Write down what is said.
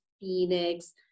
Phoenix